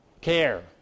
Care